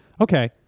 Okay